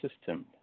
system